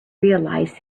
realise